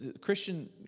Christian